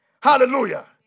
Hallelujah